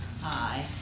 hi